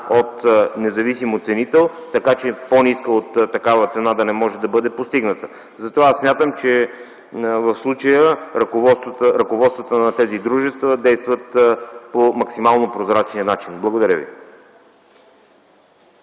от независим оценител, така че по-ниска от тази цена да не може да бъде постигната. Затова смятам, че в случая ръководствата на тези дружества действат по максимално прозрачния начин. Благодаря ви.